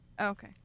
Okay